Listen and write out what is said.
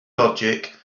logic